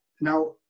Now